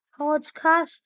podcast